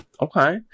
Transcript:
Okay